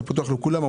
זה פתוח לכולם.